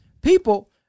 People